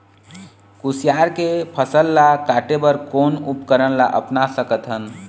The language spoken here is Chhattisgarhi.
कुसियार के फसल ला काटे बर कोन उपकरण ला अपना सकथन?